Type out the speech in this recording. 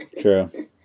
true